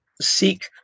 seek